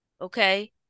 okay